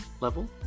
level